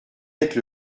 êtes